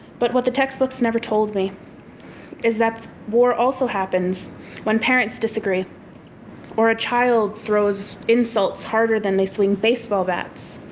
but what the textbooks never told me is that war also happens when parents disagree or a child throws insults harder than they swing baseball bats.